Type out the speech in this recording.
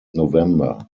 november